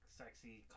sexy